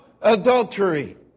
adultery